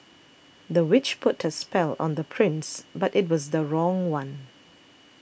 the witch put a spell on the prince but it was the wrong one